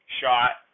shot